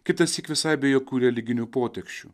kitąsyk visai be jokių religinių poteksčių